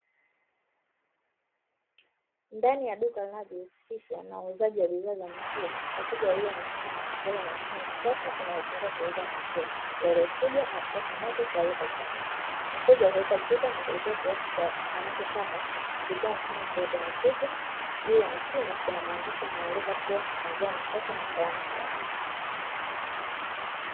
Ndani ya duka linalojihusisha na uuzaji wa bidhaa za maziwa, wateja wawili wamesimama mbele ya mashine ya kisasa inayotumika kuuza maziwa yaliyochujwa na kupashwa moto tayari kwa kunywa, mteja huweka chupa na kulipia kiasi anachotaka kupitia mfumo wa kiutomatiki. Juu ya mashine kuna maandishi yanayoeleza kuwa maziwa ni safi na salama kiafya.